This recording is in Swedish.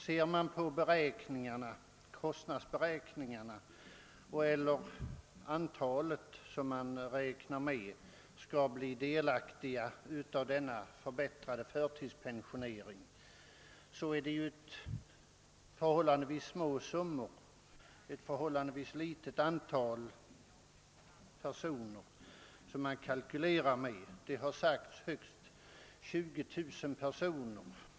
När man ser på beräkningarna över det antal människor som kommer att bli delaktiga av denna förbättrade förtidspensionering finner man, att det kalkyleras med ett förhållandevis litet antal personer. Det har sagts att det gäller högst 20 000 personer.